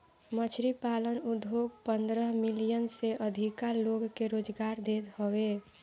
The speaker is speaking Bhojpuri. मछरी पालन उद्योग पन्द्रह मिलियन से अधिका लोग के रोजगार देत हवे